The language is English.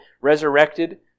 resurrected